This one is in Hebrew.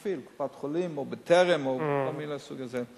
ושליש על המפעיל: קופת-חולים או "טרם" או כל מיני מהסוג הזה.